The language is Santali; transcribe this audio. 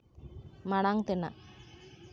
ᱢᱟᱲᱟᱝ ᱛᱮᱱᱟᱜ